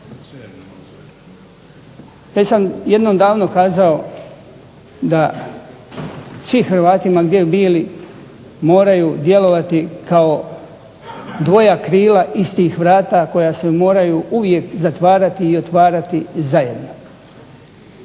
sam jednom davno kazao da svi Hrvati ma gdje bili moraju djelovati kao dvoja krila istih vrata koja se moraju uvijek zatvarati i otvarati zajedno.